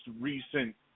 recent